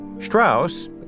Strauss